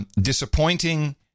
disappointing